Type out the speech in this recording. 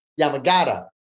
Yamagata